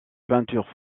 peintures